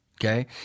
Okay